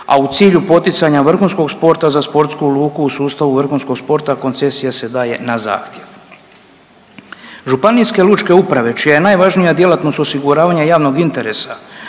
a u cilju poticanja vrhunskog sporta za sportsku luku u sustavu vrhunskog sporta koncesija se daje na zahtjev. Županijske lučke uprave čija je najvažnija djelatnost osiguravanje javnog interesa